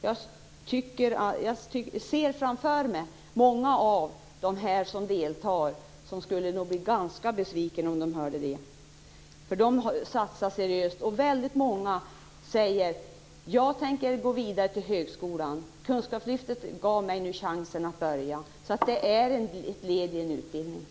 Jag kan se framför mig många av dem som deltar. De skulle nog bli ganska besvikna om de hörde det. De satsar seriöst. Många säger: Jag tänker gå vidare till högskolan. Kunskapslyftet gav mig chansen att börja. Därmed kan vi konstatera att detta är ett led i utbildningen.